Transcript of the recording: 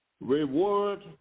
reward